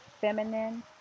feminine